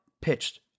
pitched